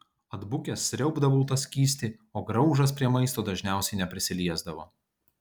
atbukęs sriaubdavau tą skystį o graužas prie maisto dažniausiai neprisiliesdavo